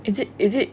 is it is it